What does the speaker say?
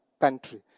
country